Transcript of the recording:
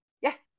Yes